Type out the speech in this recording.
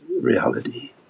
reality